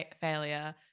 failure